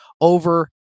over